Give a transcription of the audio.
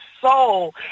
soul